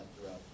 throughout